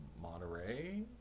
Monterey